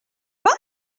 pas